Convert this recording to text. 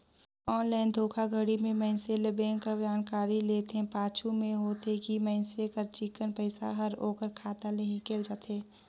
online धोखाघड़ी में मइनसे ले बेंक कर जानकारी लेथे, पाछू में होथे ए कि मइनसे कर चिक्कन पइसा हर ओकर खाता ले हिंकेल जाथे